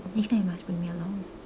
next time you must bring me along